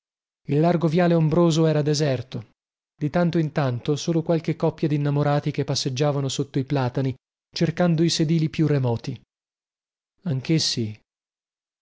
il largo viale ombroso era deserto di tanto in tanto solo qualche coppia dinnamorati che passeggiavano sotto i platani cercando i sedili più remoti anchessi